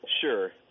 Sure